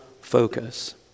focus